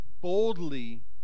boldly